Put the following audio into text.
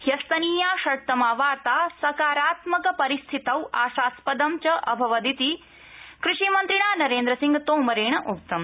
ह्यस्तनीया षड्तमा वार्ता सकारात्मकपरिस्थितौ आशास्पदं च अभवदिति कृषिमन्त्रिणा नरेन्द्रसिंह तोमरेण उक्तम्